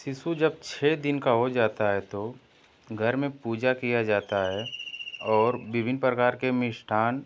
शिशु जब छः दिन का हो जाता है तो घर में पूजा किया जाता है और विभिन्न प्रकार के मिष्ठान